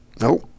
no